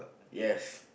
yes